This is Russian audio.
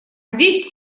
здесь